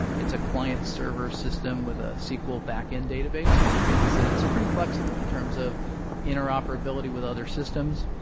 it's a client-server system with a sql backend database which means that it's pretty flexible in terms of interoperability with other systems.